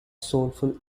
soulful